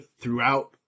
throughout